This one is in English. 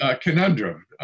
conundrum